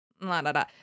la-da-da